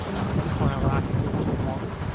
um less hierarchical sort of model,